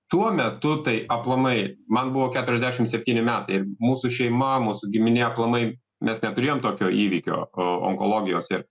tuo metu tai aplamai man buvo keturiasdešimt septyni metai mūsų šeima mūsų giminė aplamai mes neturėjom tokio įvykio o onkologijos ir